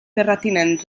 terratinent